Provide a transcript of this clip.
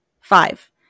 five